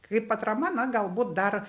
kaip atrama na galbūt dar